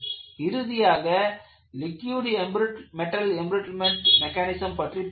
இறுதியாக liquid metal embrittlement mechanism பற்றி பார்த்தோம்